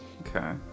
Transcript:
Okay